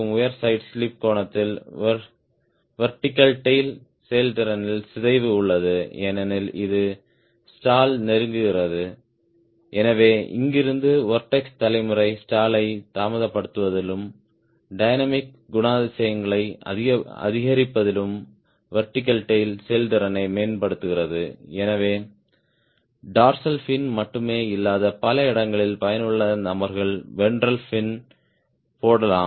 உயர் side slip கோணத்தில் vertical tail செயல்திறனில் சிதைவு உள்ளது ஏனெனில் இது ஸ்டாலை நெருங்குகிறது எனவே இங்கிருந்து வொர்ட்ஸ் தலைமுறை ஸ்டாலை தாமதப்படுத்துவதிலும் டைனமிக் குணாதிசயங்களை அதிகரிப்பதிலும் வெர்டிகல் டேய்ல் செயல்திறனை மேம்படுத்துகிறது எனவே டார்சல் ஃபின் மட்டுமே இல்லாத பல இடங்களில் பயனுள்ள நபர்கள் வென்ட்ரல் ஃபின் போடலாம்